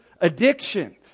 addiction